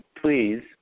Please